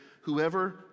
whoever